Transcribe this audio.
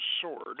sword